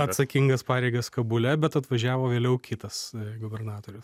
atsakingas pareigas kabule bet atvažiavo vėliau kitas gubernatorius